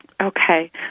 Okay